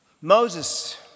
Moses